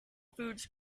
foods